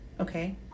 okay